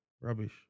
Rubbish